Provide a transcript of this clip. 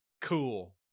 cool